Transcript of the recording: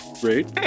Great